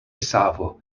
savo